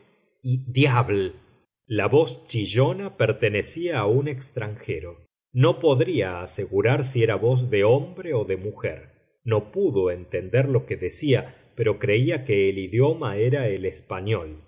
diable la voz chillona pertenecía a un extranjero no podría asegurar si era voz de hombre o de mujer no pudo entender lo que decía pero creía que el idioma era el español